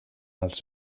els